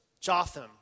Jotham